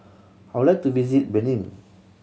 I would like to visit Benin